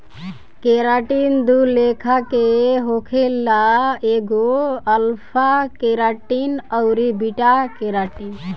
keratin दू लेखा के होखेला एगो अल्फ़ा केराटिन अउरी बीटा केराटिन